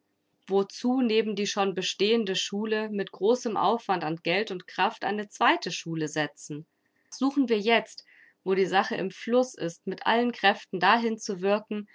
wozu neben die schon bestehende schule mit großem aufwand an geld und kraft eine zweite schule setzen suchen wir jetzt wo die sache in fluß ist mit allen kräften dahinzuwirken daß